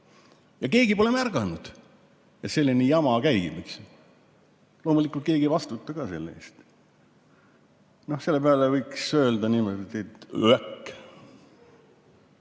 Ja keegi pole märganud, et selline jama käib. Loomulikult keegi ei vastuta ka selle eest. Selle peale võiks öelda niimoodi, et öäk. Ja